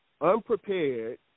unprepared